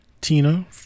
Tina